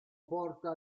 porta